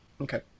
okay